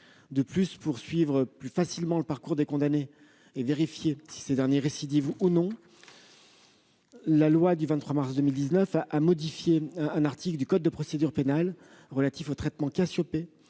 De plus, pour suivre plus facilement le parcours des condamnés et examiner si ces derniers récidivent ou non, la loi du 23 mars 2019 a modifié un article du code de procédure pénale relatif au traitement Cassiopée,